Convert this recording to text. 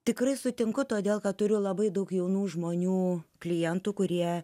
tikrai sutinku todėl kad turiu labai daug jaunų žmonių klientų kurie